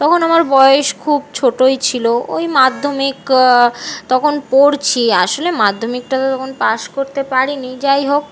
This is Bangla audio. তখন আমার বয়স খুব ছোটোই ছিলো ওই মাধ্যমিক ক তখন পড়ছি আসলে মাধ্যমিকটা তো তখন পাশ করতে পারি নি যাই হোক